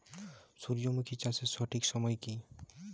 সূর্যমুখী চাষের সঠিক সময় কি?